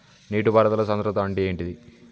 నీటి పారుదల సంద్రతా అంటే ఏంటిది?